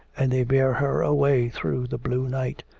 and they bear her away through the blue night,